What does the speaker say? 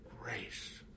grace